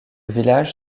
village